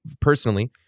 personally